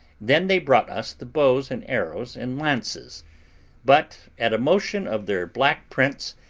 then they brought us the bows and arrows and lances but, at a motion of their black prince,